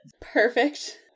Perfect